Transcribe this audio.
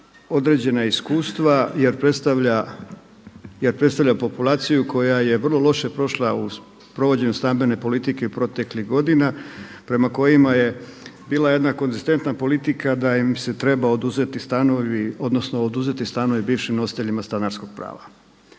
određena iskustva jer predstavlja populaciju koja je vrlo loše prošla u provođenju stambene politike proteklih godina prema kojima je bila jedna konzistentna politika da im se treba oduzeti stanovi, odnosno oduzeti stanovi bivšim nositeljima stanarskog prava.